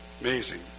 Amazing